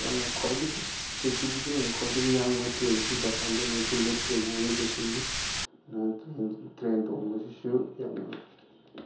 ꯌꯥꯝꯅ ꯈ꯭ꯋꯥꯏꯗꯒꯤ ꯄ꯭ꯔꯤꯊꯤꯕꯤꯒꯤ ꯑꯣꯏꯅ ꯈ꯭ꯋꯥꯏꯗꯒꯤ ꯌꯥꯡꯕ ꯇ꯭ꯔꯦꯟꯁꯤ ꯖꯄꯥꯟꯗ ꯂꯩ ꯕꯨꯂꯦꯠ ꯇ꯭ꯔꯦꯟ ꯍꯥꯏꯔꯤꯕꯁꯤꯅꯤ ꯇ꯭ꯔꯦꯟ ꯇꯣꯡꯕꯁꯤꯁꯨ ꯌꯥꯝꯅ